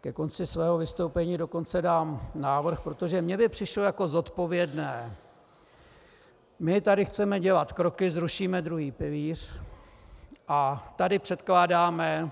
Ke konci svého vystoupení dokonce dám návrh, protože mně by přišlo jako zodpovědné my tady chceme dělat kroky, zrušíme druhý pilíř a tady předkládáme